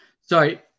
Sorry